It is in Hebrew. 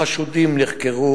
החשודים נחקרו